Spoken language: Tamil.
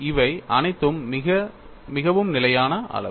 இவை அனைத்தும் மிகவும் நிலையான அளவு